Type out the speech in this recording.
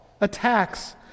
Attacks